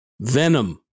Venom